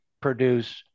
produce